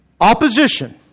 opposition